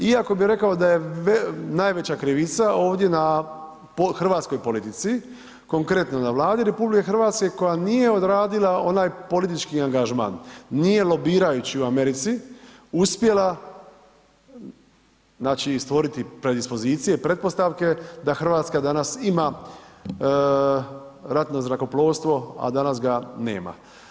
Iako bi rekao da je najveća krivica ovdje na hrvatskoj politici, konkretno na Vladi RH koja nije odradila onaj politički angažman, nije lobirajući u Americi uspjela znači stvoriti predispozicije, pretpostavke da Hrvatska danas ima ratno zrakoplovstvo, a danas ga nema.